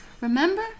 Remember